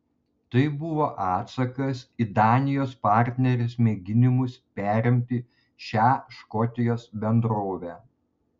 tai buvo atsakas į danijos partnerės mėginimus perimti šią škotijos bendrovę